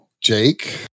Jake